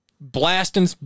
blasting